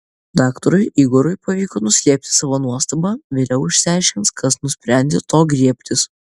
daktarui igorui pavyko nuslėpti savo nuostabą vėliau išsiaiškins kas nusprendė to griebtis